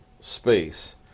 space